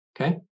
okay